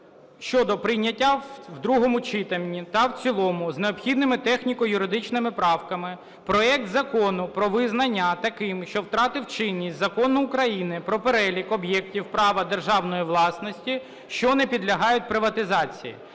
щодо прийняття в другому читанні та в цілому з необхідними техніко-юридичними правками проект Закону про визнання таким, що втратив чинність, Закону України "Про перелік об'єктів права державної власності, що не підлягають приватизації"